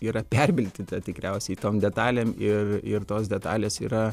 yra perpildyta tikriausiai tom detalėm ir ir tos detalės yra